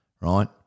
right